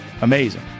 amazing